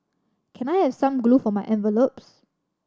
can I have some glue for my envelopes